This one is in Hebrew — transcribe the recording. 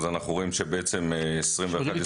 אנחנו רואים שבשנים 2021,